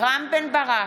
רם בן ברק,